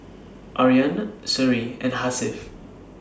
Aryan Seri and Hasif